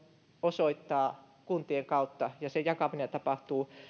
osoittaa sen kuntien kautta ja se jakaminen tapahtuu